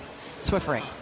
Swiffering